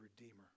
Redeemer